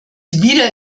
wieder